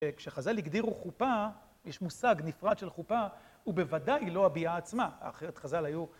כשחז"ל הגדירו חופה, יש מושג נפרד של חופה, הוא בוודאי לא הביאה עצמה, אחרת חז'ל היו